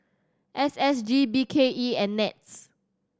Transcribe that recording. S S G B K E and NETS